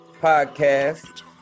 podcast